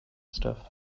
stuff